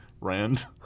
Rand